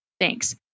thanks